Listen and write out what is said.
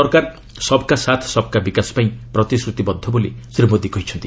ସରକାର ସବ୍ କା ସାଥ୍ ସବ୍ କା ବିକାଶ ପାଇଁ ପ୍ରତିଶ୍ରତିବଦ୍ଧ ବୋଲି ଶ୍ରୀ ମୋଦି କହିଛନ୍ତି